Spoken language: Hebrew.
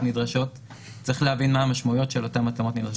נדרשות צריך להבין מה המשמעויות של אותן התאמות נדרשות.